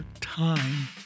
time